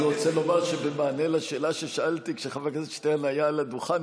אני רוצה לומר שבמענה על שאלה ששאלתי כשחבר הכנסת שטרן היה על הדוכן,